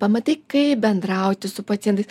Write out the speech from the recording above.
pamatai kaip bendrauti su pacientais